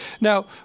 Now